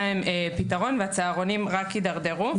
בלי פתרון, והצהרונים רק יתדרדרו.